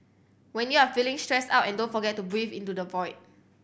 when you are feeling stressed out and don't forget to breathe into the void